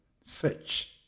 search